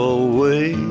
away